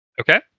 Okay